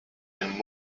and